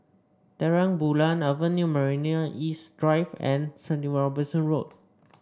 Terang Bulan Avenue Marina East Drive and Seventy One Robinson Road